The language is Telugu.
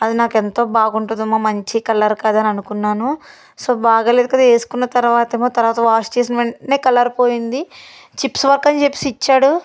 అది నాకు ఎంతో బాగుంటదేమో మంచి కలర్ కదా అని అనుకున్నాను సో బాగలేదు కదా వేసుకున్న తర్వాతతేమో తర్వాత వాష్ చేసిన వెంటనే కలర్ పోయింది చిప్స్ వర్క్ అని చెప్పేసి ఇచ్చాడు